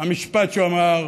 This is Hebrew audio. המשפט שהוא אמר